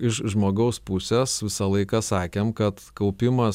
iš žmogaus pusės visą laiką sakėm kad kaupimas